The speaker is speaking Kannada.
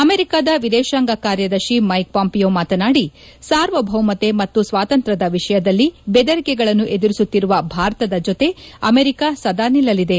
ಅಮೆರಿಕದ ವಿದೇಶಾಂಗ ಕಾರ್ಯದರ್ಶಿ ಮೈಕ್ ಮೊಂಪಿಯೊ ಮಾತನಾಡಿ ಸಾರ್ವಭೌಮತೆ ಮತ್ತು ಸ್ವಾತಂತ್ರ್ಯದ ವಿಷಯದಲ್ಲಿ ಬೆದರಿಕೆಗಳನ್ನು ಎದುರಿಸುತ್ತಿರುವ ಭಾರತದ ಜೊತೆ ಅಮೆರಿಕ ಸದಾ ನಿಲ್ಲಲಿದೆ